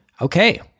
Okay